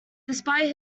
despite